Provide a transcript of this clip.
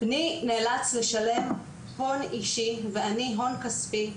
בני נאלץ לשלם הון אישי, ואני הון כספי,